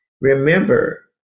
Remember